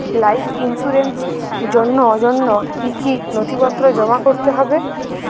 Life ইন্সুরেন্সর জন্য জন্য কি কি নথিপত্র জমা করতে হবে?